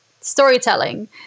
storytelling